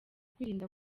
kwirinda